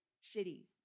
cities